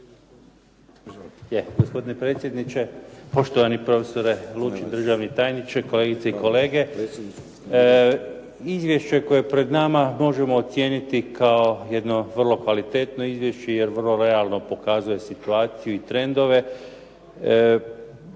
Gospodine predsjedniče, poštovani profesore Lučin, državni tajniče, kolegice i kolege. Izvješće koje je pred nama možemo ocijeniti kao jedno vrlo kvalitetno izvješće jer vrlo realno pokazuje situaciju i trendove.